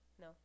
No